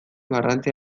garrantzia